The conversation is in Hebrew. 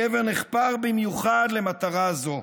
הקבר נחפר במיוחד למטרה זו,